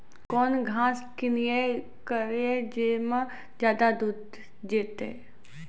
कौन घास किनैल करिए ज मे ज्यादा दूध सेते?